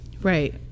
right